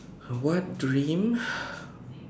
what dream